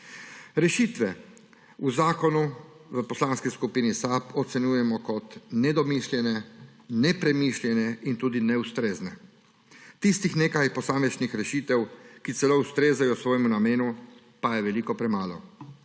Rešitve v zakonu v Poslanski skupini SAB ocenjujemo kot nedomišljene, nepremišljene in tudi neustrezne. Tistih nekaj posamičnih rešitev, ki celo ustrezajo svojemu namenu, pa je veliko premalo.